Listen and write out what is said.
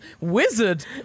wizard